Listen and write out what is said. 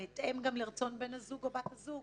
בהתאם גם לרצון בן הזוג או בת הזוג.